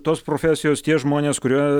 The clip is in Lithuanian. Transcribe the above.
tos profesijos tie žmonės kurie